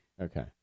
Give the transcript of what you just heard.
okay